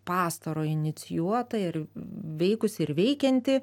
pastaro inicijuota ir veikusi ir veikianti